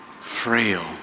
frail